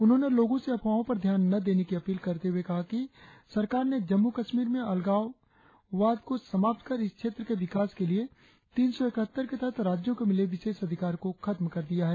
उन्होंने लोगों से अफवाहों पर ध्यान न देने की अपील करते हुए कहा कि सरकार ने जम्मू कश्मीर में अलगाव वाद को समाप्त कर इस क्षेत्र के विकास के लिए तीन सौ इकहत्तर के तहत राज्यों को मिले विशेष अधिकार को खत्म किया है